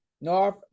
North